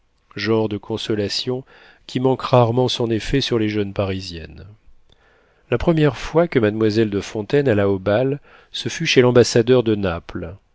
genre de consolation qui manque rarement son effet sur les jeunes parisiennes la première fois que mademoiselle de fontaine alla au bal ce fut chez l'ambassadeur de naples